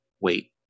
wait